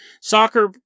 soccer